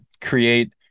create